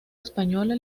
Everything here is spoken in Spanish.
española